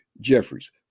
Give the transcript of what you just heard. Jeffries